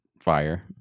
fire